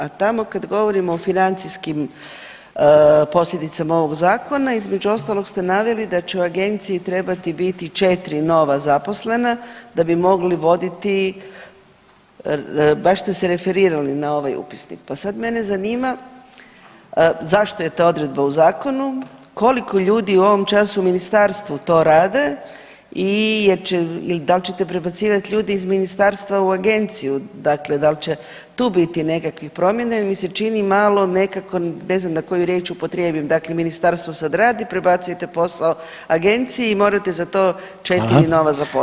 A tamo kad govorimo o financijskim posljedicama ovog zakona, između ostalog ste naveli da će u agenciji trebati biti 4 nova zaposlena da bi mogli voditi, baš ste se referirali na ovaj upisnik, pa sad mene zanima zašto je ta odredba u zakonu, koliko ljudi u ovom času u ministarstvu to rade i da li ćete prebacivat ljude iz ministarstva u agenciju, dakle dal će tu biti nekakvih promjena jer mi se čini malo nekako ne znam koju riječ da upotrijebim, dakle ministarstvo sad radi prebacujete posao agenciji i morate za to četiri nova zaposlit.